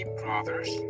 brothers